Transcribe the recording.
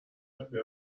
داده